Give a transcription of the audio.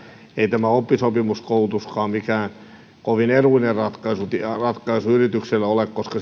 ei tämä oppisopimuskoulutuskaan mikään kovin edullinen ratkaisu yritykselle ole koska